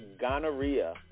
gonorrhea